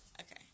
okay